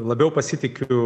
labiau pasitikiu